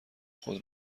خود